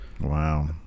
wow